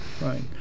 Right